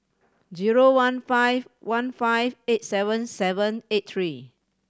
zero one five one five eight seven seven eight three